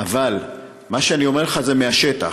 אבל מה שאני אומר לך זה מהשטח.